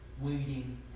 waiting